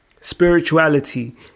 Spirituality